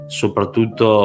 soprattutto